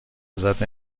ازت